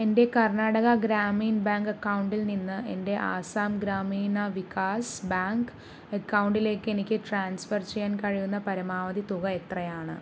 എൻ്റെ കർണാടക ഗ്രാമീൺ ബാങ്ക് അക്കൗണ്ടിൽ നിന്ന് എൻ്റെ ആസാം ഗ്രാമീണ വികാസ് ബാങ്ക് അക്കൗണ്ടിലേക്ക് എനിക്ക് ട്രാൻസ്ഫർ ചെയ്യാൻ കഴിയുന്ന പരമാവധി തുക എത്രയാണ്